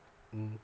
mm